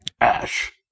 Ash